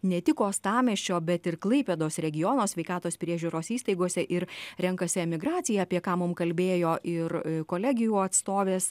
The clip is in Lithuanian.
ne tik uostamiesčio bet ir klaipėdos regiono sveikatos priežiūros įstaigose ir renkasi emigraciją apie ką mum kalbėjo ir kolegijų atstovės